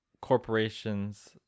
corporations